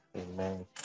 amen